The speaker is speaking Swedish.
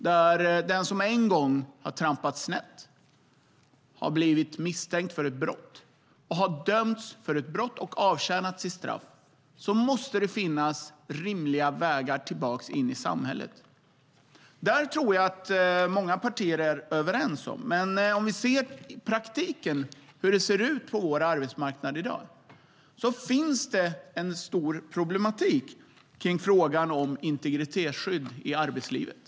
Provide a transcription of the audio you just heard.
För den som en gång har trampat snett - blivit misstänkt för ett brott, dömts för ett brott och avtjänat sitt straff - måste det finnas rimliga vägar tillbaka in i samhället. Det tror jag att många partier är överens om. Men om vi ser hur det ser ut i praktiken på vår arbetsmarknad i dag finns det en stor problematik kring frågan om integritetsskydd i arbetslivet.